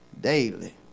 daily